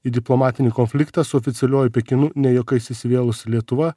į diplomatinį konfliktą su oficialiuoju pekinu ne juokais įsivėlusi lietuva